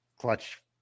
Clutch